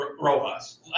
Rojas